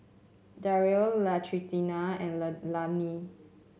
Darrell Latrina and Leilani